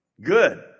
Good